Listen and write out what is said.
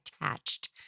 attached